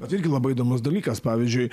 vat irgi labai įdomus dalykas pavyzdžiui